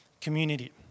community